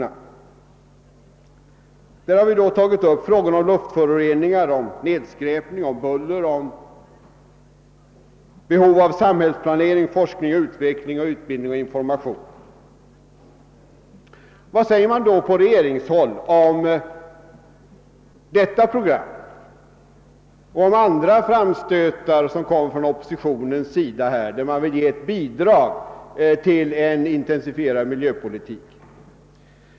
I vårt miljövårdsprogram har vi aktualiserat frågorna om luftförorening, om nedskräpning, om buller och om behovet av samhällsplanering, forskning och utveckling, utbildning och information. Vad säger man då på regeringshåll om detta program och om andra framstötar från oppositionen i syfte att ge ett bidrag till en intensifierad miljöpolitik?